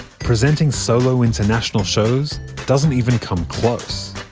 presenting solo international shows doesn't even come close